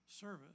service